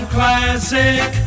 Classic